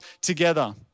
together